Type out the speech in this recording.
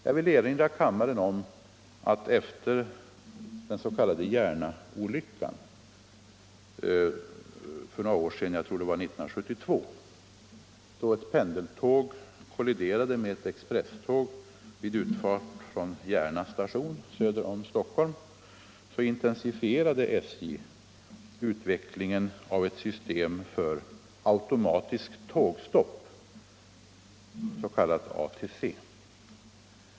Jag vill erinra kammaren om att efter den s.k. Järnaolyckan för några år sedan — jag tror det var 1972 — då ett pendeltåg kolliderade med ett expresståg vid utfart från Järna station söder om Stockholm intensifierade SJ utvecklingen av ett system för automatiskt tågstopp, s.k. ATC.